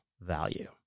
value